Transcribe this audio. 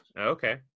okay